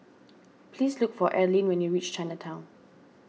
please look for Arlene when you reach Chinatown